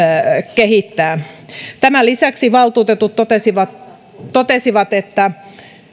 kehittää tämän lisäksi valtuutetut totesivat totesivat että